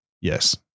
Yes